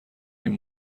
این